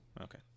Okay